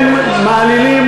הם מעלילים.